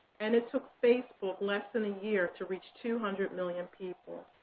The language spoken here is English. and it took facebook less than a year to reach two hundred million people.